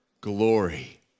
glory